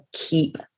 keep